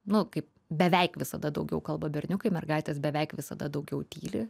nu kaip beveik visada daugiau kalba berniukai mergaitės beveik visada daugiau tyli